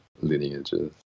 lineages